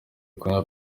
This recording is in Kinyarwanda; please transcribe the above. kunywa